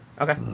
Okay